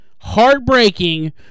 Heartbreaking